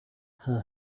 her